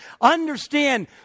Understand